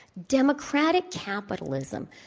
democratic capitalism,